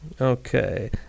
Okay